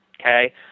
Okay